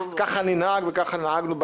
ככה ננהג וככה נהגנו בעבר.